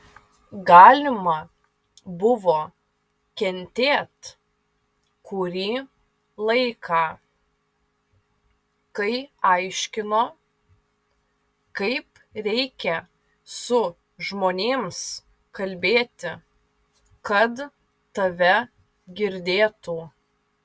galima buvo kentėt kurį laiką kai aiškino kaip reikia su žmonėms kalbėti kad tave girdėtų